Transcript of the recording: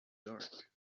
dark